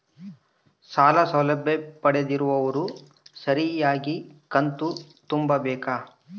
ಸಾಲ ಸೌಲಭ್ಯ ಪಡೆದಿರುವವರು ಸರಿಯಾಗಿ ಕಂತು ತುಂಬಬೇಕು?